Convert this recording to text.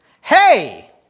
Hey